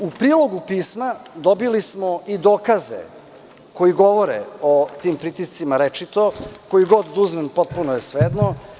U prilogu pisma, dobili smo i dokaze koji govore o tim pritiscima, koji god uzmem, potpuno je svejedno.